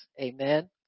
Amen